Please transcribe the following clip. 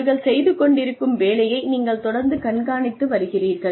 அவர்கள் செய்துகொண்டிருக்கும் வேலையை நீங்கள் தொடர்ந்து கண்காணித்து வருகிறீர்கள்